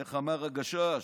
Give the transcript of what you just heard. איך אמר הגשש?